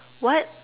what